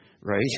Right